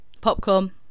Popcorn